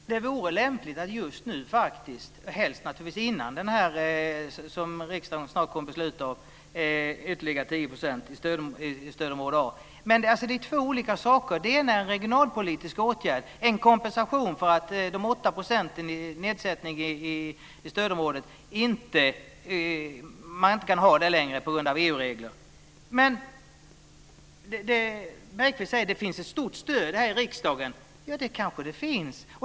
Fru talman! Det vore lämpligt att göra det just nu - helst innan riksdagen beslutar om ytterligare 10 % Det är två olika saker. De ena är en regionalpolitisk åtgärd - en kompensation för att man inte längre kan sätta ned avgifterna med 8 % i stödområdet på grund av EU-regler. Bergqvist säger att det finns ett stort stöd i riksdagen. Det kanske det finns.